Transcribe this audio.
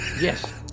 yes